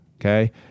okay